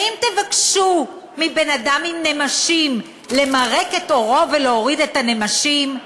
האם תבקשו מבן-אדם עם נמשים למרק את עורו ולהוריד את הנמשים?